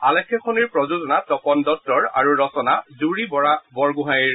আলেখ্যখনিৰ প্ৰযোজনা তপন দত্তৰ আৰু ৰচনা জুৰি বৰা বৰগোহাঁইৰ